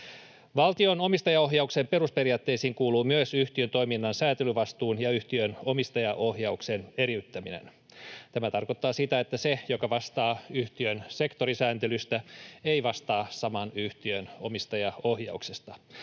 Valtion omistajaohjauksen perusperiaatteisiin kuuluu myös yhtiön toiminnan säätelyvastuun ja yhtiön omistajaohjauksen eriyttäminen. Tämä tarkoittaa sitä, että se, joka vastaa yhtiön sektorisääntelystä, ei vastaa saman yhtiön omistajaohjauksesta.